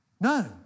No